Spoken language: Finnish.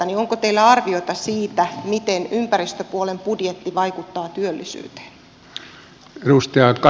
onko teillä arvioita siitä miten ympäristöpuolen budjetti vaikuttaa työllisyyteen